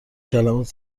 کلمات